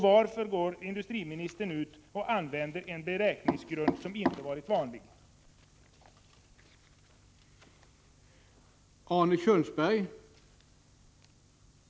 Varför använder industriministern beräkningsgrunder som inte varit vanliga tidigare?